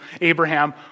Abraham